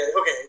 Okay